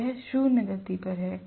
यह शून्य गति पर है